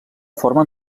forma